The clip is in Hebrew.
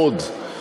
מאיפה אתם יודעים?